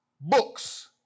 books